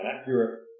accurate